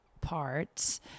parts